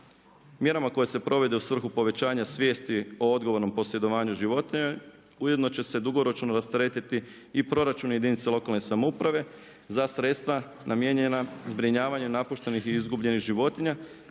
Mjerama koje se provode u svrhu povećanja svijesti o odgovornom posjedovanju životinja ujedno će se dugoročno rasteretiti i proračun jedinica lokalne samouprave za sredstva namijenjena zbrinjavanju napuštenih i izgubljenih životinja